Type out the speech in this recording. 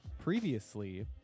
previously